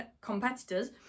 competitors